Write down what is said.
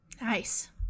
nice